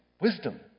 Wisdom